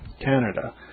Canada